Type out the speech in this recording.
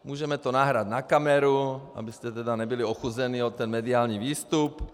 Můžeme to nahrát na kameru, abyste tedy nebyli ochuzeni o ten mediální výstup.